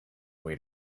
way